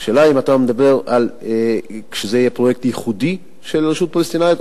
השאלה היא אם אתה מדבר על פרויקט ייחודי של הרשות הפלסטינית,